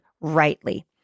rightly